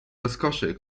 rozkoszy